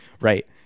Right